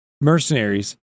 mercenaries